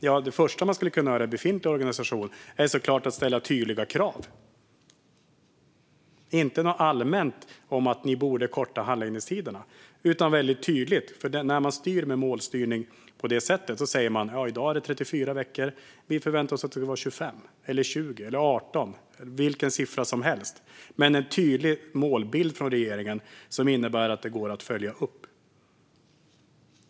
Ja, det första man skulle kunna göra i befintlig organisation är såklart att ställa tydliga krav - inte allmänt om att korta handläggningstiderna utan väldigt tydligt. När man styr med målstyrning på det sättet säger man: I dag är det 34 veckor; vi förväntar oss att det ska vara 25 eller 20 eller 18. Det kan vara vilken siffra som helst, men det krävs en tydlig målbild från regeringen som innebär att det går att följa upp.